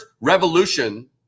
revolution